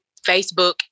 Facebook